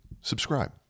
subscribe